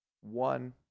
one